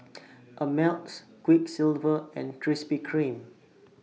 Ameltz Quiksilver and Krispy Kreme